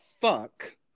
fuck